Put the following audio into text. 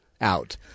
out